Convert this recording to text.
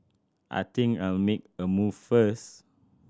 I think I'll make a move first